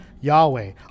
Yahweh